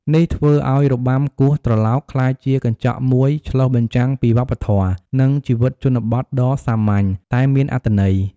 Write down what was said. នេះធ្វើឱ្យរបាំគោះត្រឡោកក្លាយជាកញ្ចក់មួយឆ្លុះបញ្ចាំងពីវប្បធម៌ និងជីវិតជនបទដ៏សាមញ្ញ តែមានអត្ថន័យ។